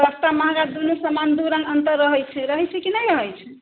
सस्ता महँगा दूनू समान दू रङ्ग अन्तर रहैत छै रहैत छै कि नहि रहैत छै